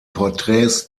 porträts